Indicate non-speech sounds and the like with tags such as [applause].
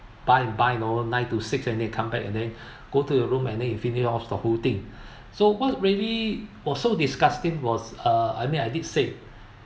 bye and bye and overnight to six and then you come back and then [breath] go to your room and then you finish off the whole thing [breath] so what really was so disgusting was uh I mean I did said